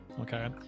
okay